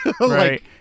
Right